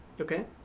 Okay